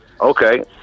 Okay